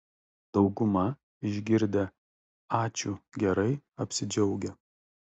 dauguma išgirdę ačiū gerai apsidžiaugia